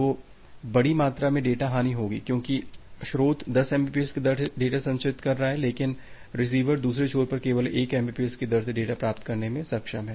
तो बड़ी मात्रा में डेटा हानि होगी क्योंकि स्रोत 10 mbps की दर से डेटा संचारित कर रहा है लेकिन रिसीवर दूसरे छोर पर केवल 1 mbps की दर से डेटा प्राप्त करने में सक्षम है